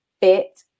bit